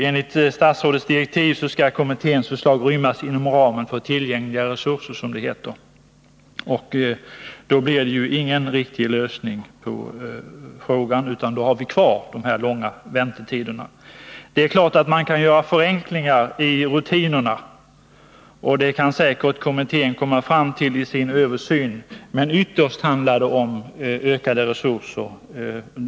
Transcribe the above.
Enligt statsrådets direktiv skall kommitténs förslag rymmas inom ramen för tillgängliga resurser, som det heter. Men då blir det ingen riktig lösning på frågan, utan då får vi ha kvar de långa väntetiderna. Det är klart att man kan göra förenklingar i rutinerna, och det kan kommittén säkert också komma fram till vid sin översyn, men ytterst handlar det om att det behövs ökade resurser.